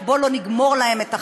אורן,